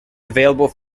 available